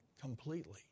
completely